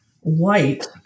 white